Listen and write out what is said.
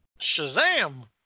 Shazam